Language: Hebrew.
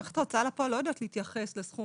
מערכת ההוצאה לפועל לא יודעת להתייחס לסכום